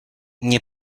nie